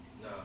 No